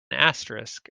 asterisk